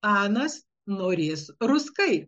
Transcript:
anas norės ruskai